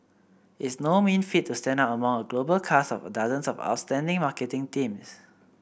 it's no mean feat to stand out among a global cast of dozens of outstanding marketing teams